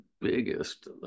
biggest